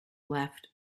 left